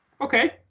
okay